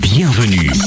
Bienvenue